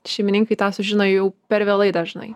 šeimininkai tą sužino jau per vėlai dažnai